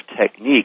technique